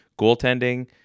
Goaltending